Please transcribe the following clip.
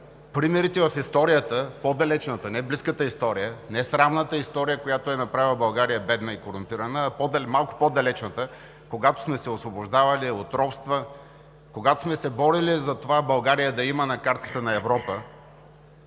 Примерите в историята – по-далечната, не близката история, не срамната история, която е направила България бедна и корумпирана, а малко по-далечната, когато сме се освобождавали от робства, когато сме се борили за това България да я има на картата на Европа,